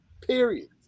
period